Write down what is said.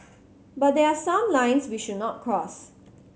but there are some lines we should not cross